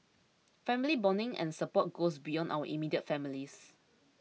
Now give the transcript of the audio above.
family bonding and support goes beyond our immediate families